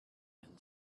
and